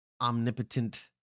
omnipotent